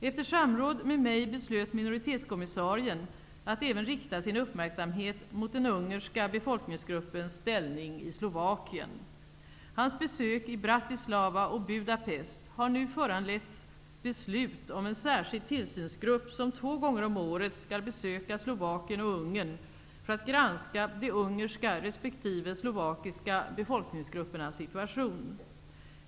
Efter samråd med mig beslöt minoritetskommissarien att även rikta sin uppmärksamhet mot den ungerska befolkningsgruppens ställning i Slovakien. Hans besök i Bratislava och Budapest har nu föranlett beslut om en särskild tillsynsgrupp som två gånger om året skall besöka Slovakien och Ungern för att granska de ungerska resp. slovakiska befolkningsgruppernas situation.